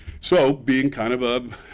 so, being kind of a